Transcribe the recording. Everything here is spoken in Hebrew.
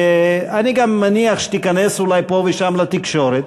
שאני גם מניח שתיכנס אולי פה ושם לתקשורת,